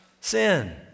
sin